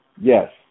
yes